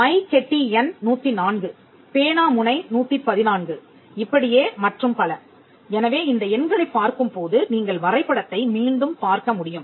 my கெட்டி எண் 104 பேனாமுனை 114 இப்படியே மற்றும் பல எனவே இந்த எண்களைப் பார்க்கும்போது நீங்கள் வரைபடத்தை மீண்டும் பார்க்க முடியும்